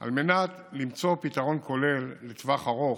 על מנת למצוא פתרון כולל בטווח ארוך,